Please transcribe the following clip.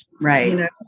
right